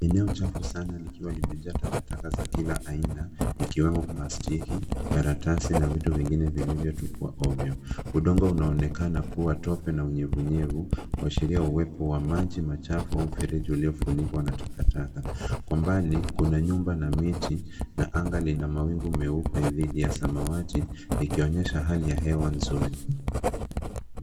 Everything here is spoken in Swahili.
Eneo kubwa sana likiwa limejaa takataka za kila aina zikiwemo plastiki karatasi na vitu vingine vilivyotupwa ovyo. Udongo unaonekana kuwa tope na unyevunyevu kuashiria uwepo wa maji machafu au mfereji uliofunikwa na takataka. Kwa mbali, kuna nyumba na miti, na anga lina mawingu meupe dhidi ya samawati likionyesha hali ya hewa nzuri.